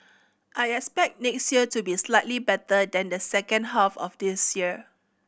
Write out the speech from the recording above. I expect next year to be slightly better than the second half of this year